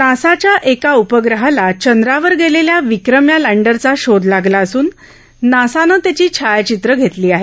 नासाच्या एका उपग्रहाला चंद्रावर गेलेल्या विक्रम या लँडरचा शोध लागला असून नासानं त्याची छायाचित्र घेतली आहेत